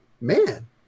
man